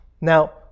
Now